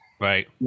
Right